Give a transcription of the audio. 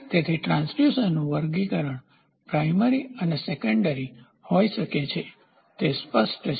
તેથી ટ્રાંસડ્યુસરનું વર્ગીકરણ પ્રાઇમરીપ્રાથમિક અને સેકન્ડરીગૌણ હોઈ શકે છે તે સ્પષ્ટ છે